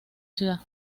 ciudad